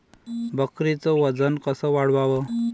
बकरीचं वजन कस वाढवाव?